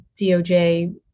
DOJ